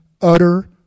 utter